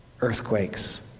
Earthquakes